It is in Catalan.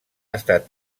estat